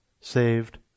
saved